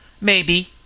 Maybe